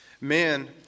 Man